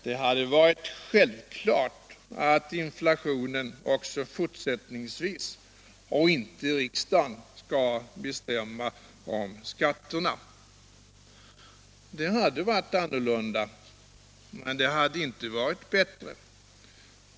Det hade varit självklart att inflationen också fortsättningsvis —- och inte riksdagen — skulle bestämma om skatterna. Det hade varit annorlunda. Men det hade inte varit bättre.